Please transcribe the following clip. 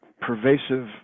pervasive